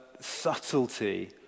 subtlety